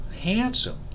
handsome